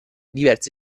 diverse